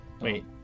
Wait